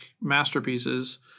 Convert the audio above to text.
masterpieces